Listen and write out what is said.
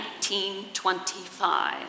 1925